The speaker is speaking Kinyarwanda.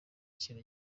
ikintu